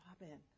Robin